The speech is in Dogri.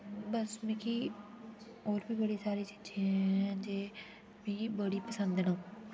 बस मिगी होर बी बड़ी सारी चीजें दे मिगी बड़ी पसन्द न